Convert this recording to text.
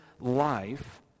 life